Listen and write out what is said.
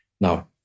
Now